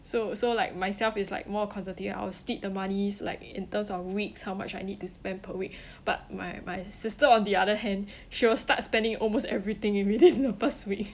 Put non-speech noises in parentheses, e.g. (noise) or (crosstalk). so so like myself it's like more conservative I'll split the moneys like in terms of a week how much I need to spend per week (breath) but my my sister on the other hand (breath) she will start spending almost everything immediately in the first week